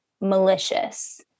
malicious